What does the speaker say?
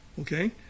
okay